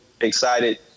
excited